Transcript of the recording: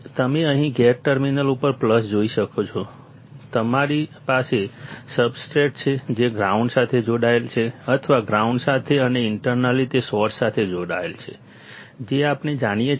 તમે અહીં gate terminal ઉપર પ્લસ જોઈ શકો છો તમારી પાસે સબસ્ટ્રેટ છે જે ગ્રાઉન્ડ સાથે જોડાયેલ છે અથવા ગ્રાઉન્ડ સાથે અને ઇન્ટરનલી તે સોર્સ સાથે જોડાયેલ છે જે આપણે જાણીએ છીએ